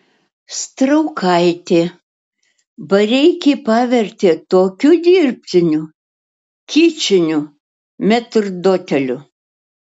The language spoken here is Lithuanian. straukaitė bareikį pavertė tokiu dirbtiniu kičiniu metrdoteliu